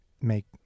make